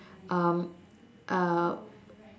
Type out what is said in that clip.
um uh